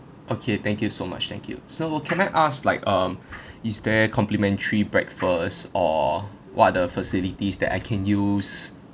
okay thank you so much thank you so can I ask like um is there complimentary breakfast or what are the facilities that I can use